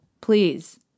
please